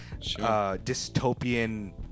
dystopian